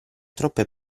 troppe